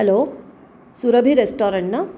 hello Surabhi restaurant ना